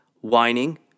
Whining